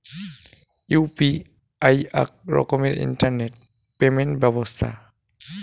UPI আক রকমের internet payment ব্যবছথা